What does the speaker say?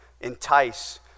entice